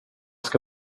ska